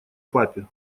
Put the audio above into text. папе